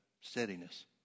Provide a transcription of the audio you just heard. steadiness